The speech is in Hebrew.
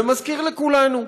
ומזכיר לכולנו,